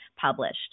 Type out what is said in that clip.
published